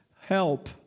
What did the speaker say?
help